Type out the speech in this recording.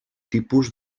tipus